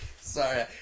Sorry